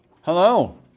Hello